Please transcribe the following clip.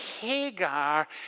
Hagar